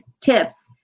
tips